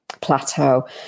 plateau